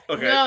Okay